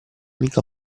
amico